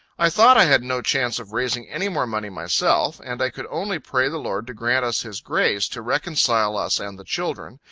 i thought i had no chance of raising any more money myself, and i could only pray the lord to grant us his grace, to reconcile us and the children,